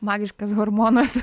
magiškas hormonas